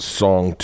song